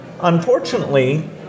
Unfortunately